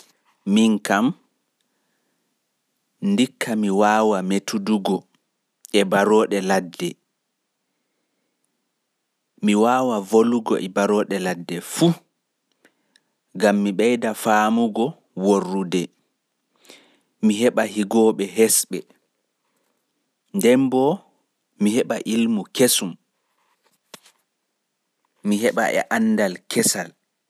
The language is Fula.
Ndikka mi wawametudugo e barooɗe ladde fu gam ɓeida faamugo ilmu worrude, mi heɓa higooɓe hesɓe nder barooɗe nden bo mi heɓa ilmu kesum.